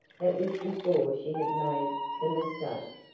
that was before she had made the mistake.